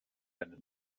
eine